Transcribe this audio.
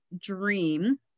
dream